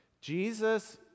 Jesus